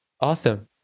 Awesome